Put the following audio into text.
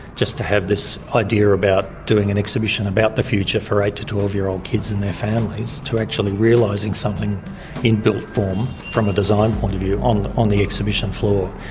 just to have this idea about doing an exhibition about the future for eight to twelve year old kids and their families, to actually realising something in built form from a design point of view on on the exhibition floor.